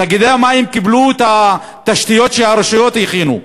תאגידי המים קיבלו את התשתיות שהרשויות הכינו.